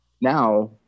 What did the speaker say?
Now